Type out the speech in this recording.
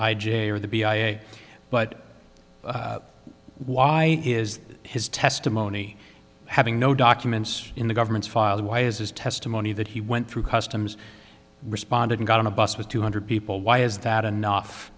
a or the b i a but why is his testimony having no documents in the government's file why has his testimony that he went through customs responded and got on a bus with two hundred people why is that enough